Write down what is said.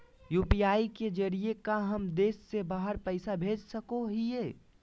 UPI के जरिए का हम देश से बाहर पैसा भेज सको हियय?